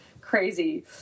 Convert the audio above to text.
crazy